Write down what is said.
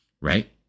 right